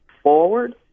forward